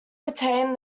retained